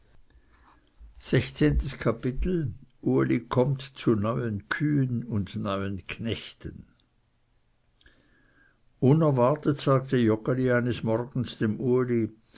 sechzehntes kapitel uli kommt zu neuen kühen und neuen knechten unerwartet sagte joggeli eines morgens dem uli